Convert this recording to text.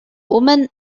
woman